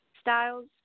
styles